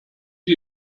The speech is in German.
sie